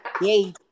yay